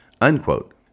unquote